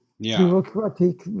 bureaucratic